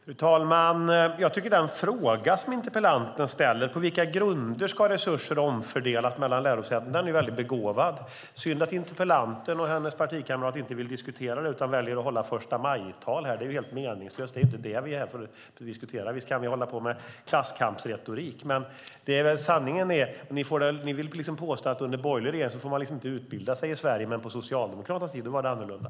Fru talman! Jag tycker att den fråga som interpellanten ställer är begåvad: På vilka grunder ska resurser omfördelas mellan lärosäten? Det är synd att interpellanten och hennes partikamrat inte vill diskutera den utan väljer att hålla förstamajtal här. Det är helt meningslöst. Det är inte vad vi är här för att diskutera. Visst kan vi hålla på med klasskampsretorik. Ni vill påstå att under en borgerlig regering får man inte utbilda sig i Sverige, men på Socialdemokraternas tid var det annorlunda.